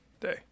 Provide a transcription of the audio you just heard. day